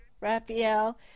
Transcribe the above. Raphael